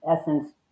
essence